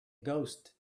ghost